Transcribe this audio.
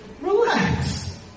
Relax